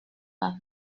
paris